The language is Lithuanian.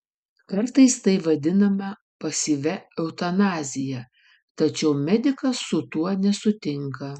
kartais tai vadinama pasyvia eutanazija tačiau medikas su tuo nesutinka